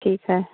ठीक है